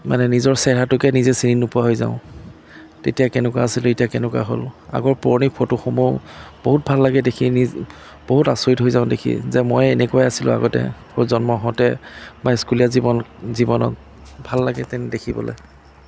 মানে নিজৰ চেহেৰাটোকে নিজে চিনি নোপোৱা হৈ যাওঁ তেতিয়া কেনেকুৱা আছিলোঁ এতিয়া কেনেকুৱা হ'লো আগৰ পুৰণি ফটোসমূহ বহুত ভাল লাগে দেখি নিজ বহুত আচৰিত হৈ যাওঁ দেখি যে মই এনেকুৱাই আছিলোঁ আগতে জন্ম হওঁতে বা স্কুলীয়া জীৱন জীৱনত ভাল লাগে তেনে দেখিবলৈ